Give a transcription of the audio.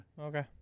okay